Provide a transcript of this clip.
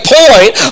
point